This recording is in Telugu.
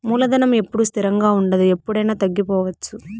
మూలధనం ఎప్పుడూ స్థిరంగా ఉండదు ఎప్పుడయినా తగ్గిపోవచ్చు